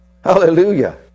Hallelujah